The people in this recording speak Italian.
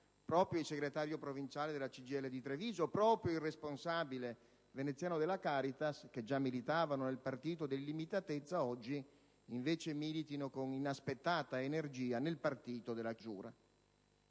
proprio il segretario provinciale della CGIL di Treviso ed il responsabile veneziano della Caritas, che già militavano nel partito dell'illimitatezza, oggi invece militino, con un'inaspettata energia, nel partito della chiusura.